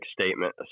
statement